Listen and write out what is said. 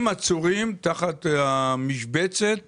הם עצורים תחת המשבצת